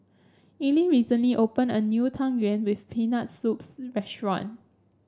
Ellyn recently opened a new Tang Yuen with Peanut Soups restaurant